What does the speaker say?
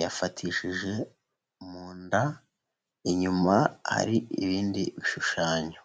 yafatishije mu nda, inyuma hari ibindi bishushanyo.